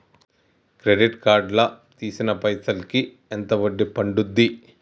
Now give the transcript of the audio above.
Credit card లా తీసిన పైసల్ కి ఎంత వడ్డీ పండుద్ధి?